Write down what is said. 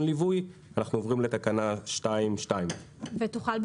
ליווי ואז אנחנו עוברים לתקנה 2(2). תוכל,